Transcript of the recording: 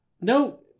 no